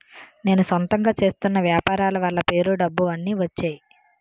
నేను సొంతంగా చేస్తున్న వ్యాపారాల వల్ల పేరు డబ్బు అన్ని వచ్చేయి